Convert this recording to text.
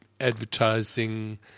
advertising